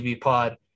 pod